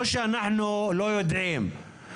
לא שאנחנו לא יודעים,